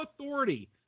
authority